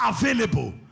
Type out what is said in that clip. available